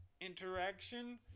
interaction